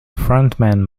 frontman